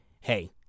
Hey